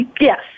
Yes